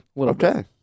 Okay